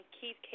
Keith